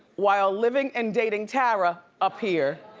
while living and dating tara, up here.